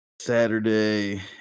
Saturday